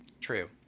True